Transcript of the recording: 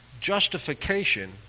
justification